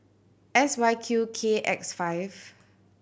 S Y Q K X five